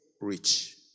rich